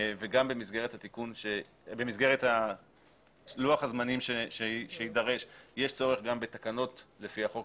וגם במסגרת לוח הזמנים שיידרש יש צורך גם בתקנות לפי החוק